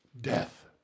death